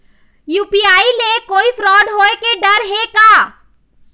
UPI ले कोई fraud होए के डर हे का?